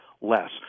less